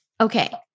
Okay